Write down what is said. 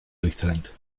durchtrennt